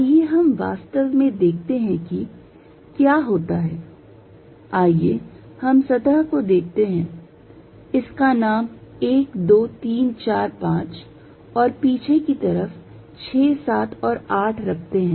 आइए हम वास्तव में देखते हैं कि क्या होता है आइए हम सतह को देखते हैं इसका नाम 1 2 3 4 5 और पीछे की तरफ 67 और 8 रखते हैं